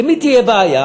למי תהיה בעיה?